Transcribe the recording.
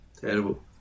Terrible